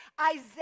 Isaiah